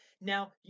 Now